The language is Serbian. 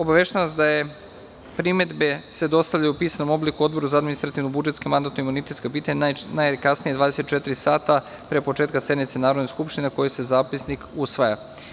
Obaveštavam vas da se primedbe dostavljaju u pisanom obliku Odboru za administrativno-budžetska i mandatno-imunitetska pitanja, najkasnije 24 sata pre početka sednice Narodne skupštine na kojoj se zapisnik usvaja.